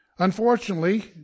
Unfortunately